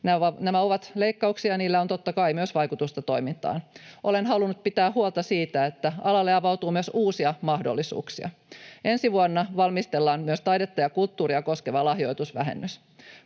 Nämä ovat leikkauksia, ja niillä on totta kai myös vaikutusta toimintaan. Olen halunnut pitää huolta siitä, että alalle avautuu myös uusia mahdollisuuksia. Ensi vuonna valmistellaan myös taidetta ja kulttuuria koskeva lahjoitusvähennys.